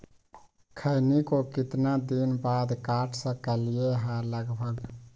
खैनी को कितना दिन बाद काट सकलिये है लगभग?